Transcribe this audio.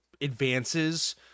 advances